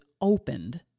opened